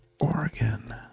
Oregon